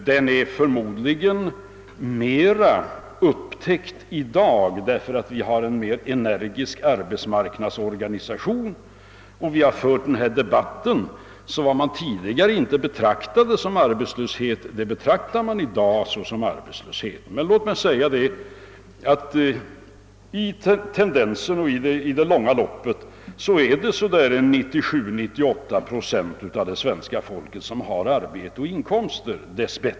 Den är förmodligen mera känd i dag, ty vi har nu en mer energisk arbetsmarknadsorganisation. I den här debatten har vi också hört att det man i dag betraktar som arbetslöshet tidigare inte alltid betraktades som sådan. I det långa loppet har dess bättre 97—98 procent av det svenska folket arbete och inkomster.